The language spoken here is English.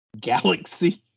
Galaxy